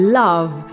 love